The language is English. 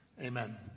Amen